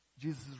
Jesus